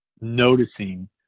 noticing